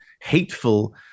hateful